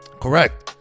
correct